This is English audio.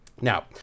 Now